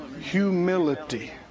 Humility